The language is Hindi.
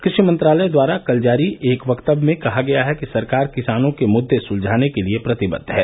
कृषि मंत्रालय द्वारा कल जारी एक वक्तत्व में कहा गया कि सरकार किसानों के मुद्दे सुलझाने के लिए प्रतिबद्ध है